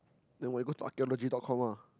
then why you go to archaeology dot com ah